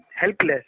helpless